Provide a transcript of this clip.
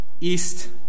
East